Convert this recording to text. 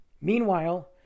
Meanwhile